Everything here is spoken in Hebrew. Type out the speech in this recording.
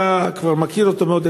אתה כבר מכיר אותו מאוד,